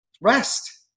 Rest